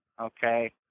Okay